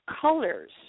colors